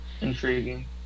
Intriguing